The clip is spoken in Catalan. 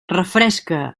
refresca